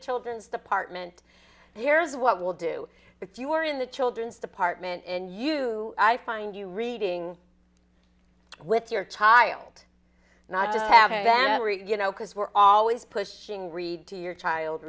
children's department and here's what we'll do if you were in the children's department and you i find you reading with your child not just have it then you know because we're always pushing read to your child